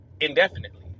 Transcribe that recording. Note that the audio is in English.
Indefinitely